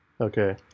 Okay